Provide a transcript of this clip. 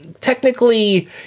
technically